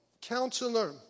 counselor